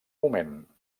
moment